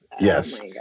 Yes